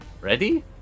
ready